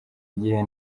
igihe